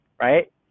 right